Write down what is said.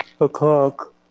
o'clock